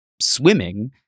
swimming